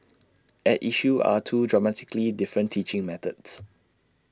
at issue are two dramatically different teaching methods